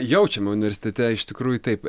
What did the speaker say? jaučiam universitete iš tikrųjų taip